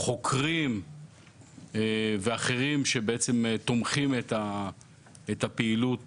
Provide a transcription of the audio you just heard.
חוקרים ואחרים שבעצם תומכים את הפעילות